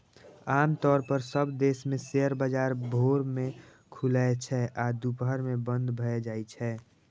आम तौर पर सब देश मे शेयर बाजार भोर मे खुलै छै आ दुपहर मे बंद भए जाइ छै